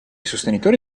sostenitori